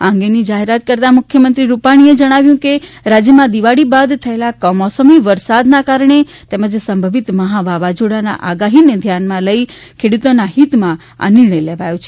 આ અંગેની જાહેરાત કરતાં મુખ્યમંત્રી વિજય રુપાણીએ વધુમાં જણાવ્યું છે કે રાજ્યમાં દિવાળી બાદ થયેલા કમોસમી વરસાદને કારણે તેમજ સંભવિત મહા વાવાઝોડાની આગાહીને ધ્યાનમાં રાખીને ખેડૂતોના હિતમાં આ નિર્ણય લેવાયો છે